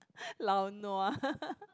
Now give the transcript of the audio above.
lao nua